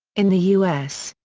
in the u s.